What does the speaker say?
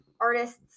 artists